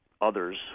others